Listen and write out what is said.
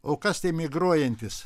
o kas tie migruojantys